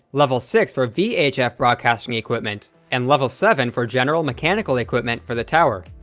level six for vhf broadcasting equipment, and level seven for general mechanical equipment for the tower.